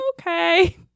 okay